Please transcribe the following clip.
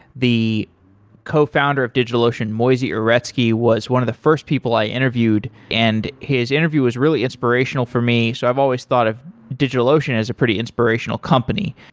the cofounder of digitalocean, moisey uretsky, was one of the first people i interviewed, and his interview was really inspirational for me. so i've always thought of digitalocean as a pretty inspirational company.